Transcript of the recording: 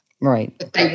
right